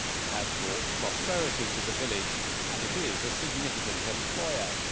it has brought prosperity to the village and it is a significant employer,